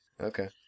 Okay